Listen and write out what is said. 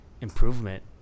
improvement